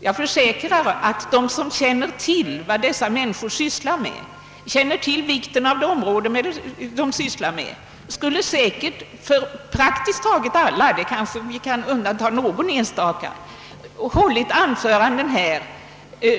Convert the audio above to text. Jag försäkrar att de som känner till vad dessa sysslar med och vikten av deras verksamhetsområden skulle praktiskt taget om alla — kanske med något enstaka undantag — ha kunnat hålla anföranden här